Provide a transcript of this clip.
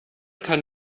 kann